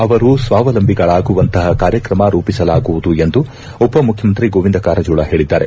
ಅವರು ಸ್ವಾವಲಂಬಿಗಳಾಗುವಂತಪ ಕಾರ್ಯಕ್ರಮ ರೂಪಿಸಲಾಗುವುದು ಎಂದು ಉಪ ಮುಖ್ಯಮಂತ್ರಿ ಗೋವಿಂದ ಕಾರಜೋಳ ಹೇಳಿದ್ದಾರೆ